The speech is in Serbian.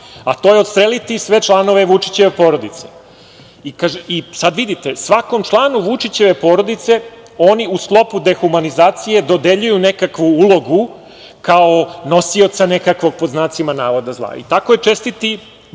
a to je odstreliti sve članove Vučićeve porodice. Sad vidite, svakom članu Vučićeve porodice oni u sklopu dehumanizacije dodeljuju nekakvu ulogu kao nosioca nekakvog „zla“.Tako je čestiti